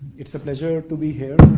it's a pleasure to be here.